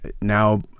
now